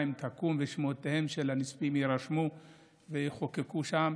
תקום ושמותיהם של הנספים יירשמו ויחוקקו שם